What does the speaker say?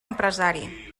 empresari